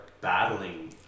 battling